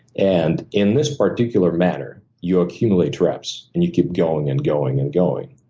and in this particular manner, you accumulate reps, and you keep going and going and going.